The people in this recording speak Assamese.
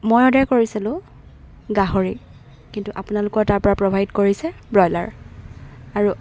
মই অৰ্ডাৰ কৰিছিলোঁ গাহৰি কিন্তু আপোনালোকৰ তাৰপৰা প্ৰভাইড কৰিছে ব্ৰইলাৰ আৰু